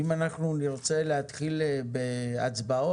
אם אנחנו נרצה להתחיל בהצבעות